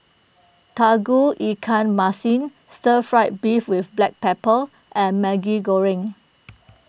Tauge Ikan Masin Stir Fry Beef with Black Pepper and Maggi Goreng